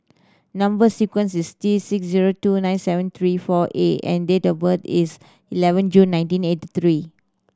number sequence is T six zero two nine seven three four A and date of birth is eleven June nineteen eighty three